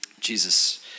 Jesus